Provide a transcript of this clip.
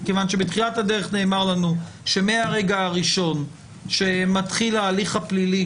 בתחילת הדרך נאמר לנו שמהרגע הראשון שמתחיל ההליך הפלילי,